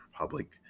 Republic